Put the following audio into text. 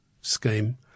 scheme